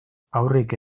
haurrik